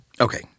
Okay